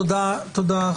תודה,